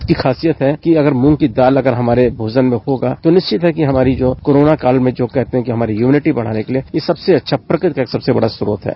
इसकी खासियत है कि अगर मूंग की दल अगर हमारे भोजन में होगा तो निश्चित है कि हमारी जो कोरोना काल में जो कहते है हमारी इम्यूनिटी बढ़ाने को लिये ये सबसे अच्छा प्रकृति का एक सबसे बड़ा स्रोत है